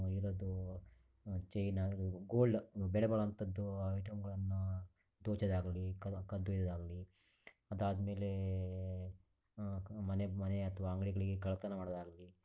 ಏನದು ಚೈನಾಗಲಿ ಗೋಲ್ಡ್ ಬೆಲೆ ಬಾಳುವಂಥದ್ದು ಐಟಮ್ಗಳನ್ನು ದೋಚೋದಾಗಲಿ ಕದ್ದು ಕದ್ದೊಯ್ಯೋದಾಗಲಿ ಅದಾದ್ಮೇಲೆ ಮನೆ ಮನೆ ಅಥವಾ ಅಂಗಡಿಗಳಿಗೆ ಕಳ್ಳತನ ಮಾಡೋದಾಗ್ಲಿ